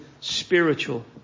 spiritual